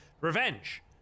revenge